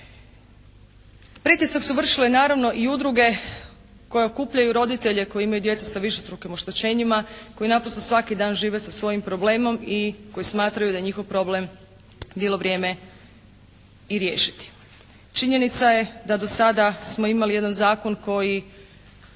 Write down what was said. Pritisak su vršile naravno i udruge koje okupljaju roditelje koji imaju djecu sa višestrukim oštećenjima, koji naprosto svaki dan žive sa svojim problemom i koji smatraju da je njihov problem bilo vrijeme i riješiti. Činjenica je da do sada smo imali jedan zakon koji